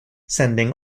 sending